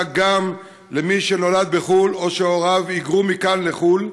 גם למי שנולד בחו"ל או שהוריו היגרו מכאן לחו"ל,